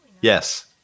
Yes